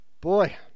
boy